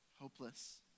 hopeless